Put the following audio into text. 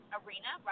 arena